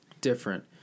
different